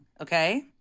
Okay